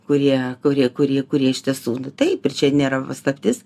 kurie kurie kurie kurie iš tiesų taip ir čia nėra paslaptis